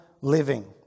living